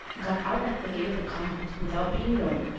got out at the gate of the convent without being known,